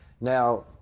Now